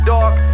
Dark